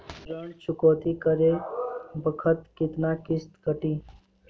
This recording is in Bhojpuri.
ऋण चुकौती करे बखत केतना किस्त कटी?